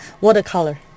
watercolor